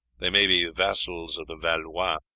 they may be vassals of the valois,